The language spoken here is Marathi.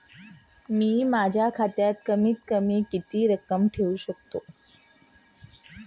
मी माझ्या खात्यात कमीत कमी किती रक्कम ठेऊ शकतो?